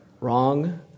Wrong